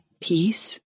peace